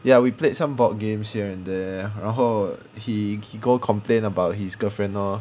ya we played some board games here and there 然后 he go complain about his girlfriend lor